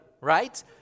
Right